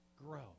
grow